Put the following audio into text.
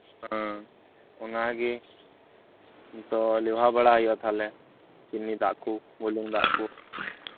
ᱚᱱᱟᱜᱮ ᱛᱚ ᱞᱮᱣᱦᱟ ᱵᱟᱲᱟ ᱦᱩᱭᱩᱜᱼᱟ ᱛᱟᱦᱚᱞᱮ ᱪᱤᱱᱤ ᱫᱟᱜ ᱠᱚ ᱵᱩᱞᱩᱝ ᱫᱟᱜ ᱠᱚ